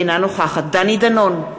אינה נוכחת דני דנון,